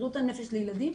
בריאות הנפש לילדים,